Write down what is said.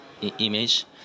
image